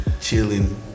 chilling